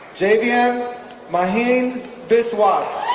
javian mahin biswas